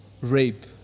rape